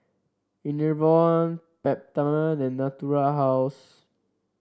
Enervon Peptamen and Natura House